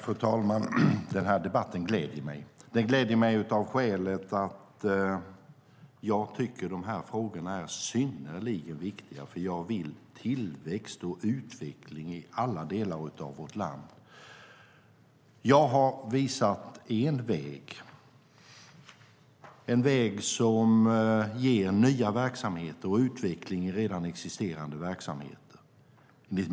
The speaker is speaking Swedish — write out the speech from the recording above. Fru talman! Den här debatten gläder mig. Den gläder mig av skälet att jag tycker att dessa frågor är synnerligen viktiga. Jag vill ha tillväxt och utveckling i alla delar av vårt land. Jag har visat en väg. Det är en väg som ger nya verksamheter och utveckling i redan existerande verksamheter.